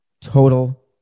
Total